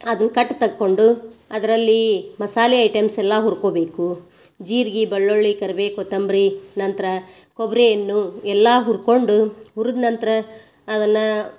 ಅದ್ನ್ cut ತಕ್ಕೊಂಡು ಅದ್ರಲ್ಲೀ ಮಸಾಲೆ ಐಟಮ್ಸ್ ಎಲ್ಲಾ ಹುರ್ಕೊಬೇಕು ಜೀರ್ಗಿ ಬೆಳ್ಳುಳ್ಳಿ ಕರ್ಬೇವು ಕೊತ್ತಂಬರಿ ನಂತರ ಕೊಬ್ಬರಿಯನ್ನು ಎಲ್ಲಾ ಹುರ್ಕೊಂಡು ಹುರ್ದ ನಂತರ ಅದನ್ನ